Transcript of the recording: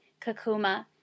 Kakuma